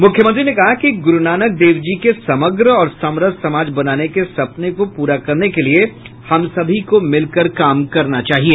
मुख्यमंत्री ने कहा कि गुरुनानक देव जी के समग्र और समरस समाज बनाने के सपने को पूरा करने के लिए हम सभी को मिलकर काम करना चाहिए